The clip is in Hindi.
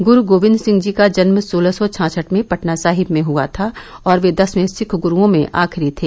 ग्रू गोबिन्द सिंह जी का जन्म सोलह सौ छाछठ में पटना साहिब में हुआ था और वे दसवें सिख गुरूओं में आखिरी थे